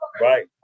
Right